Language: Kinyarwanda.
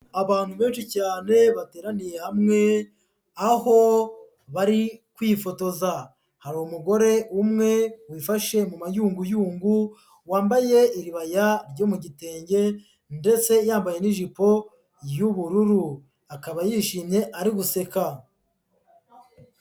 Abantu benshi cyane, bateraniye hamwe, aho bari kwifotoza. Hari umugore umwe, wifashe mu mayunguyungu, wambaye iribaya ryo mu gitenge ndetse yambaye n'ijipo y'ubururu. Akaba yishimye, ari guseka.